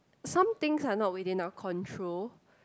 something things are not within our control